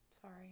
Sorry